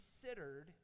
considered